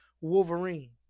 Wolverine